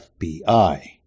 FBI